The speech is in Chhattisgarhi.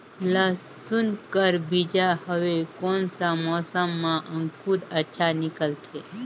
लसुन कर बीजा हवे कोन सा मौसम मां अंकुर अच्छा निकलथे?